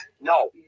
No